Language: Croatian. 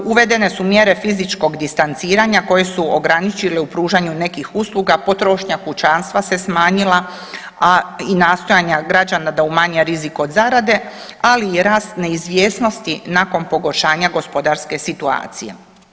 Uvedene su mjere fizičkog distanciranja koje su ograničile u pružanju nekih usluga, potrošnja kućanstva se smanjila, a i nastojanja građana da umanje rizik od zarade, ali i rast neizvjesnosti nakon pogoršanja gospodarske situacije.